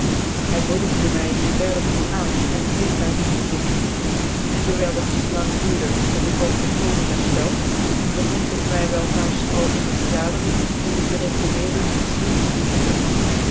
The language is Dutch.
hy moedigde my hier verder toe aan en prees myn verkiezing en dewijl het niet lang duurde ot ik was volkomen hcrftcld bevond ik my wel haaft al in dc vergaderingen die dc gereformeerde in ftiltc ocffende